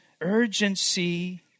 urgency